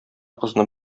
кызны